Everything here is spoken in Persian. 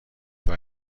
این